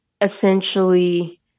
essentially